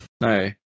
no